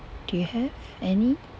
do you have any